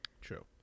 True